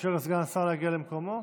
רק נאפשר לסגן השר להגיע למקומו.